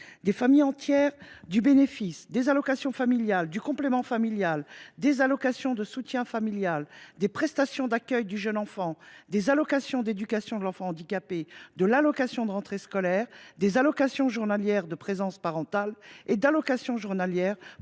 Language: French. des familles entières du bénéfice des allocations familiales, du complément familial, des allocations de soutien familial, des prestations d’accueil du jeune enfant, des allocations d’éducation de l’enfant handicapé, de l’allocation de rentrée scolaire, de l’allocation journalière de présence parentale et de l’allocation versée